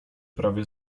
prawie